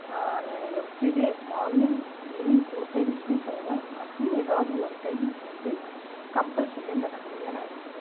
நானும் everyday morning evening two டைம்ஸ்மே பண்ணிவிடுவேன் மேக்ஸிமம் எதாவது ஒரு டைம் நான் வந்து கம்பள் சரியாக இந்த ரன்னிங்கை நான் எடுத்துப்பேன்